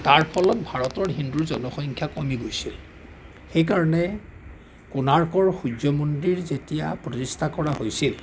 তাৰ ফলত ভাৰতৰ হিন্দুৰ জনসংখ্যা কমি গৈছিল সেই কাৰণে কোনাৰ্কৰ সূৰ্য্য মন্দিৰ যেতিয়া প্ৰতিস্থা কৰা হৈছিল